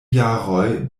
jaroj